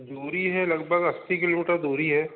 दूरी है लगभग अस्सी किलोमीटर दूरी है